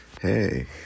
Hey